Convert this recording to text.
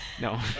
no